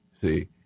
See